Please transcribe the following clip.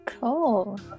cool